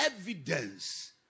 evidence